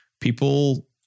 people